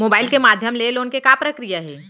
Mobile के माधयम ले लोन के का प्रक्रिया हे?